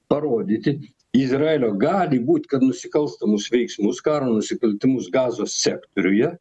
parodyti izraelio gali būt kad nusikalstamus veiksmus karo nusikaltimus gazos sektoriuje